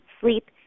sleep